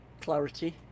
clarity